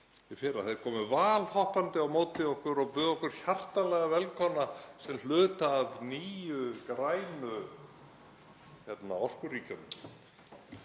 í fyrra. Þeir komu valhoppandi á móti okkur og buðu okkur hjartanlega velkomna sem hluta af nýju grænu orkuríkjunum.